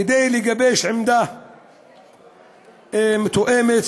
כדי לגבש עמדה מתואמת,